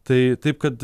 tai taip kad